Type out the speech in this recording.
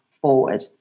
forward